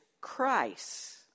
Christ